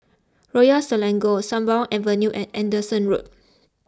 Royal Selangor Sembawang Avenue and Anderson Road